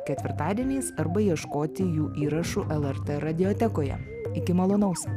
ketvirtadieniais arba ieškoti jų įrašų lrt radiotekoje iki malonaus